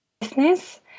business